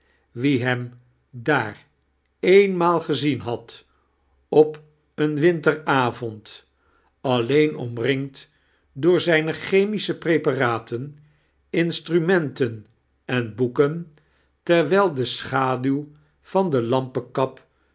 wie hem daar eehimaal gezien had op een winlteiravond alleen omringd door zijne chemis'che preparaten instrumenten en boeken terwijl de schaduw van de lampekap